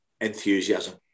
enthusiasm